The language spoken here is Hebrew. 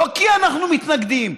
לא כי אנחנו מתנגדים,